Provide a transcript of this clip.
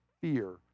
fear